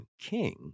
king